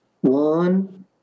One